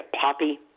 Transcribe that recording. poppy